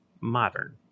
modern